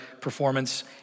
performance